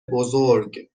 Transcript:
بزرگ